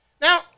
Now